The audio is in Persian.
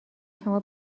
شما